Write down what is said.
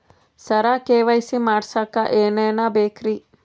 ಸರ KYC ಮಾಡಸಕ್ಕ ಎನೆನ ಬೇಕ್ರಿ?